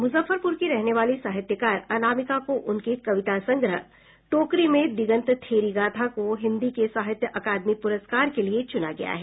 मुजफ्फरपुर की रहने वाली साहित्यकार अनामिका को उनके कविता संग्रह टोकरी में दिगंत थेरी गाथा को हिन्दी के साहित्य अकादमी प्रस्कार के लिए चुना गया है